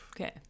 Okay